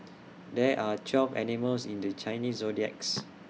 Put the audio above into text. there are twelve animals in the Chinese zodiacs